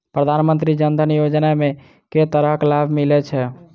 प्रधानमंत्री जनधन योजना मे केँ तरहक लाभ मिलय छै?